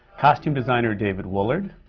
costume designer, david woolard.